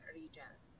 regions